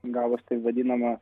gavos taip vadinama